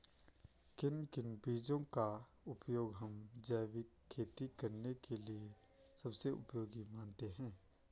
किन किन बीजों का उपयोग हम जैविक खेती करने के लिए सबसे उपयोगी मानते हैं?